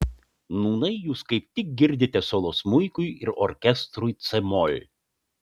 nūnai jūs kaip tik girdite solo smuikui ir orkestrui c mol